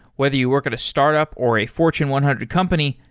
whether you work at a startup or a fortune one hundred company,